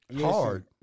Hard